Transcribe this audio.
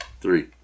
Three